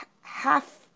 half